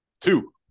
Two